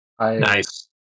Nice